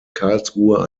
karlsruhe